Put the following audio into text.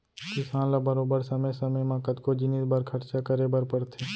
किसान ल बरोबर समे समे म कतको जिनिस बर खरचा करे बर परथे